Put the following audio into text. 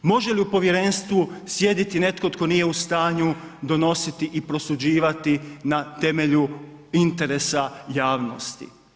Može li u povjerenstvu sjediti netko tko nije u stanju donositi i prosuđivati na temelju interesa javnosti?